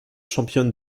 championne